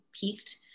peaked